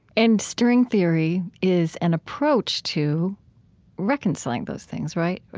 and string theory is an approach to reconciling those things, right?